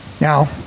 Now